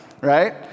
right